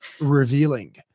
revealing